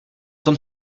tom